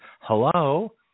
Hello